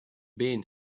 been